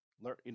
Learn